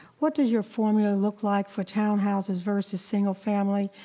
what does your formula look like for townhouses versus single family,